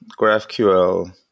GraphQL